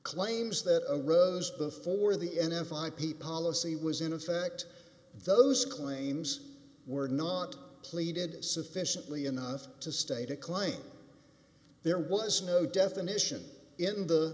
claims that a rose before the n f i b policy was in effect those claims were not pleaded sufficiently enough to state a claim there was no definition in the